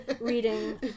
reading